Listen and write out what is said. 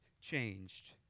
changed